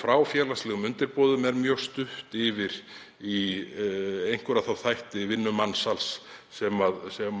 Frá félagslegum undirboðum er mjög stutt yfir í einhverja þá þætti vinnumansals sem